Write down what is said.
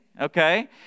okay